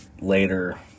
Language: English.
later